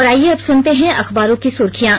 और आइये अब सुनते हैं अखबारों की सुर्खियां